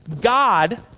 God